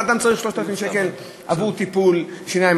אדם צריך 3,000 שקל עבור טיפול שיניים,